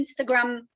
instagram